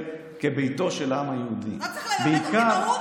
אני בקריאה ראשונה, אתה לא שם לב, פורר?